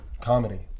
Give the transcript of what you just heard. Comedy